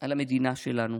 על המדינה שלנו.